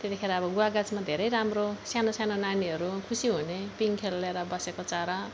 त्यतिखेर अब गुवा गाछमा धेरै राम्रो सानो सानो नानीहरू खुसी हुने पिङ खेलेर बसेको चरा